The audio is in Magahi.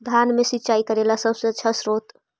धान मे सिंचाई करे ला सबसे आछा स्त्रोत्र?